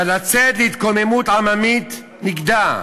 אבל לצאת להתקוממות עממית נגדה,